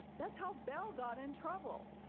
that's how bell got in trouble.